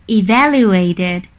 evaluated